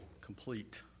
complete